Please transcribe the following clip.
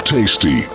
Tasty